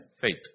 faith